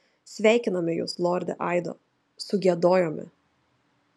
sveikiname jus lorde aido sugiedojome